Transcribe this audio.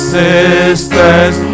sisters